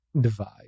divide